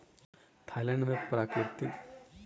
Thailand मे प्राकृतिक रबड़क उत्पादन के प्रचलन अछि